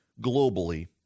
globally